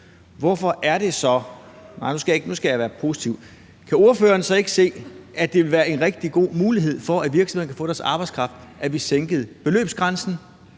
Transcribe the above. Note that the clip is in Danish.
være positiv – kan ordføreren så ikke se, at det ville være en rigtig god mulighed for virksomhederne for at få den arbejdskraft, at vi sænker beløbsgrænsen?